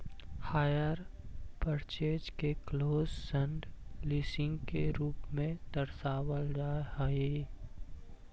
hire purchase के close end leasing के रूप में दर्शावल जा हई